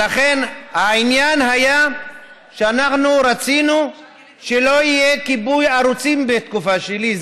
ולכן העניין היה שאנחנו רצינו שלא יהיה כיבוי ערוצים בתקופה שלי,